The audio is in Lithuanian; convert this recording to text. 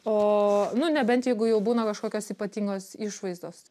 o nu nebent jeigu jau būna kažkokios ypatingos išvaizdos